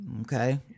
okay